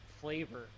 flavor